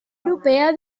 europea